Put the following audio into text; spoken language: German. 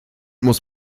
muss